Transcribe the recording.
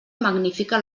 magnifica